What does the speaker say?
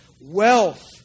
Wealth